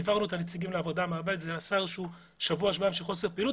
העברת את זה לעירייה,